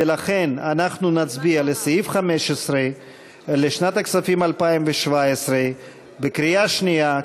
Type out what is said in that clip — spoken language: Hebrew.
ולכן אנחנו נצביע על סעיף 15 לשנת הכספים 2017 בקריאה שנייה,